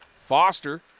Foster